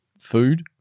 food